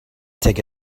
take